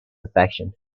affection